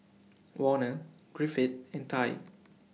Werner Griffith and Tye